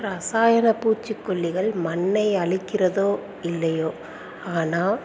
ரசாயன பூச்சிக்கொல்லிகள் மண்ணை அழிக்கிறதோ இல்லையோ ஆனால்